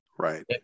Right